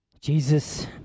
Jesus